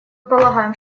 полагаем